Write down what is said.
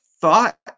thought